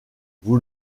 vous